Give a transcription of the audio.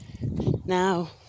Now